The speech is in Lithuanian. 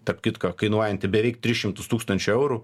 tarp kitko kainuojanti beveik tris šimtus tūkstančių eurų